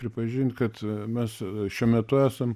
pripažint kad mes šiuo metu esam